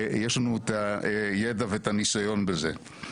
יש לנו את הידע ואת הניסיון בזה.